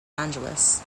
angeles